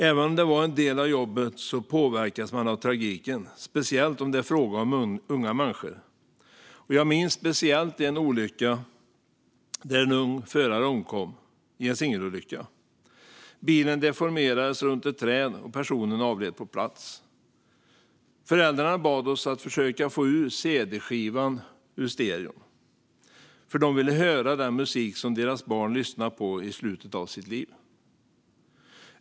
Även om det var en del av jobbet påverkades man av tragiken, speciellt om det var fråga om unga människor. Jag minns speciellt när en ung förare omkom i en singelolycka. Bilen deformerades runt ett träd, och personen avled på plats. Föräldrarna bad oss att försöka få ut cd-skivan ur stereon, för de ville höra den musik som deras barn lyssnat på i slutet av sitt liv.